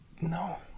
No